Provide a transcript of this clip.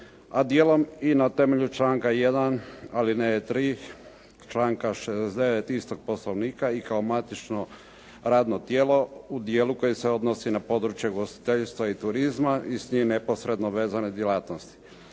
a dijelom i na temelju članka 1. ali ne 3. članka 69. istog Poslovnika i kao matično radno tijelo u dijelu koji se odnosi na područje ugostiteljstva i turizma i s njim neposredno vezane djelatnosti.